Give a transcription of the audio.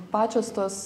pačios tos